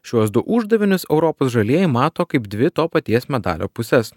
šiuos du uždavinius europos žalieji mato kaip dvi to paties medalio puses